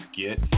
get